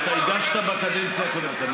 אתה הגשת בקדנציה הקודמת.